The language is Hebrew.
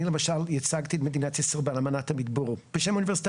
אני למשל הצגתי את מדינת ישראל באמנת המדבור בשם אוניברסיטת